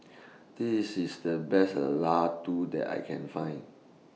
This IS The Best Ladoo that I Can Find